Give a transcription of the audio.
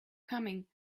coming